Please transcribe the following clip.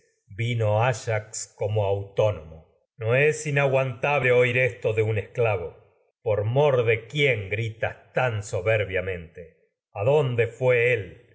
vino ayax como autónomo no ináyax aguantable oír esto de gritas tan se un esclavo por mor de en quién dónde los soberbiamente no adonde fué él